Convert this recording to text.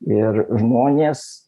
ir žmonės